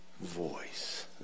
voice